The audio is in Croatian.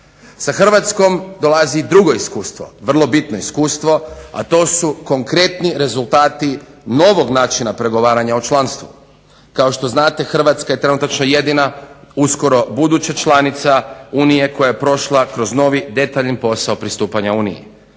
Sa Hrvatskom dolazi i drugo iskustvo, vrlo bitno iskustvo, a to su konkretni rezultati novog načina pregovaranja o članstvu. Kao što znate Hrvatska je trenutačno jedina uskoro buduća članica Unije koja je prošla kroz novi detaljan posao pristupanja Uniji.